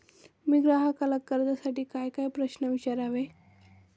मी ग्राहकाला कर्जासाठी कायकाय प्रश्न विचारावे?